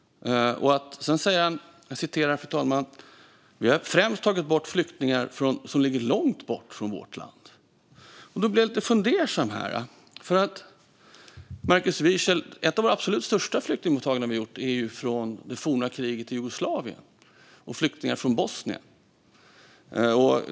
Han säger att vi främst har tagit emot flyktingar från länder som ligger långt bort från vårt land. Då blir jag lite fundersam, för ett av de absolut största flyktingmottaganden vi gjort är från kriget i det forna Jugoslavien och av flyktingar från Bosnien.